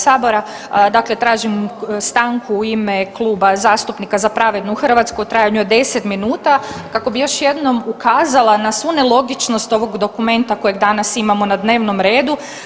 Dakle, tražim stanku u ime Kluba zastupnika Za pravednu Hrvatsku u trajanju od deset minuta kako bi još jednom ukazala na svu nelogičnost ovog dokumenta kojeg danas imamo na dnevnom redu.